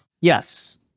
Yes